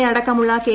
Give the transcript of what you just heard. A അടക്കമുള്ള K